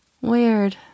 Weird